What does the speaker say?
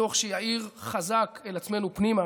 שמתוך שיאיר חזק אל עצמנו פנימה,